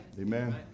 Amen